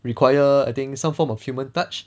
require I think some form of human touch